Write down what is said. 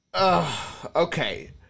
Okay